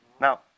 Now